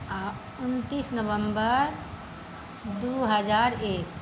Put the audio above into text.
आ उनतीस नवम्बर दू हजार एक